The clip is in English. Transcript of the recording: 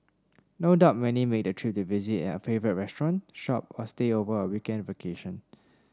no doubt many make the trip to visit a favourite restaurant shop or stay over a weekend vacation